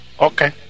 Okay